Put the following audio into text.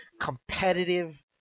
competitive